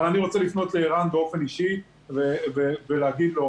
אבל אני רוצה לפנות לערן באופן אישי ולהגיד לו: